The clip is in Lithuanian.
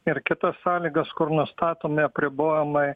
ir kitos sąlygos kur nustatomi apribojimai